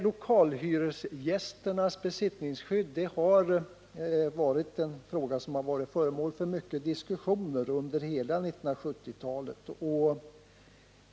Lokalhyresgästernas besittningsskydd har varit föremål för mycken diskussion under hela 1970-talet.